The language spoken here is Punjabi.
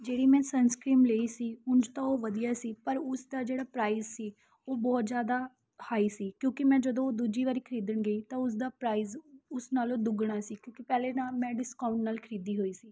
ਜਿਹੜੀ ਮੈਂ ਸਨਸਕ੍ਰੀਮ ਲਈ ਸੀ ਉਂਝ ਤਾਂ ਉਹ ਵਧੀਆ ਸੀ ਪਰ ਉਸਦਾ ਜਿਹੜਾ ਪ੍ਰਾਈਜ਼ ਸੀ ਉਹ ਬਹੁਤ ਜ਼ਿਆਦਾ ਹਾਈ ਸੀ ਕਿਉਂਕਿ ਮੈਂ ਜਦੋਂ ਦੂਜੀ ਵਾਰੀ ਖਰੀਦਣ ਗਈ ਤਾਂ ਉਸਦਾ ਪ੍ਰਾਈਜ਼ ਉਸ ਨਾਲੋਂ ਦੁੱਗਣਾ ਸੀ ਕਿਉਂਕਿ ਪਹਿਲੇ ਤਾਂ ਮੈਂ ਡਿਸਕਾਊਂਟ ਨਾਲ ਖਰੀਦੀ ਹੋਈ ਸੀ